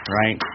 right